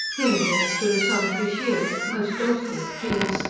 here and there stood a solitary she-oak, most doleful of trees,